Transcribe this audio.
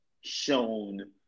shown